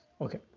okay